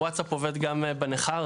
הווטסאפ עובד גם בנכר,